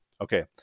okay